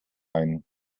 ein